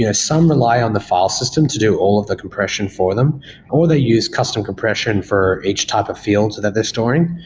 you know some rely on the file system to do all of the compression for them or they use custom compression for each type of fields that they're storing.